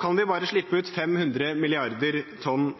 kan vi bare slippe ut 500 mrd. tonn